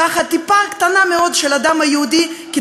אז אילו רות המואבייה הייתה מגיעה למדינת ישראל,